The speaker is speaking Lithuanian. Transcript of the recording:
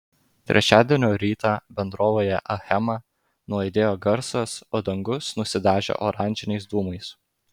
trečiadienio rytą bendrovėje achema nuaidėjo garsas o dangus nusidažė oranžiniais dūmais